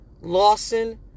Lawson